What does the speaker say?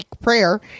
prayer